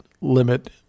limit